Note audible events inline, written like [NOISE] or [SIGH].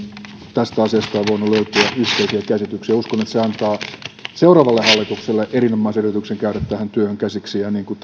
tästä asiasta on voinut löytyä yhteisiä käsityksiä uskon että se antaa seuraavalle hallitukselle erinomaisen edellytyksen käydä tähän työhön käsiksi ja niin kuin [UNINTELLIGIBLE]